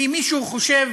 כי מישהו חושב